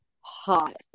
hot